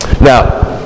Now